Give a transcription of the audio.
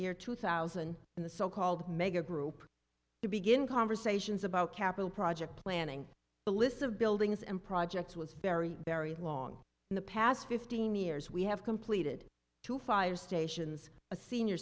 year two thousand and the so called mega group to begin conversations about capital project planning the list of buildings and projects was very very long in the past fifteen years we have completed two fire stations a senior